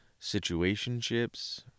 situationships